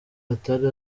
atari